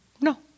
No